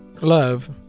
love